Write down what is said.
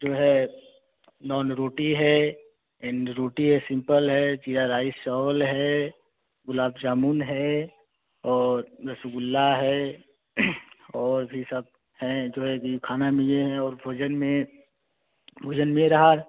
जो है नान रोटी है एंड रोटी है सिंपल है ज़ीरा राइस चावल है गुलाब जामुन है और रसगुल्ला है और भी सब हैं जो है कि खाना में ये है और भोजन में भोजन में रहा